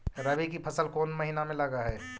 रबी की फसल कोन महिना में लग है?